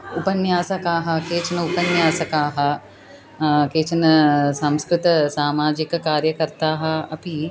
उपन्यासकाः केचन उपन्यासकाः केचन संस्कृत सामाजिककार्यकर्ताः अपि